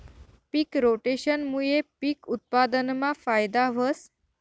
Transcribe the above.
पिक रोटेशनमूये पिक उत्पादनमा फायदा व्हस